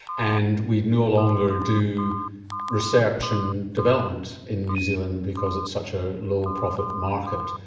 and we'd no longer do research and development in new zealand because it's such a low profit market.